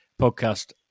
podcast